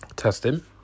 Testing